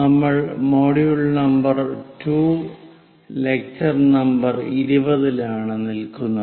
നമ്മൾ module number 2 lecture 20 ലാണ് നിൽക്കുന്നത്